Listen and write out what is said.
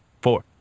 four